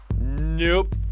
Nope